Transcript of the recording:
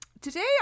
today